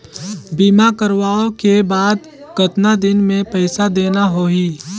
बीमा करवाओ के बाद कतना दिन मे पइसा देना हो ही?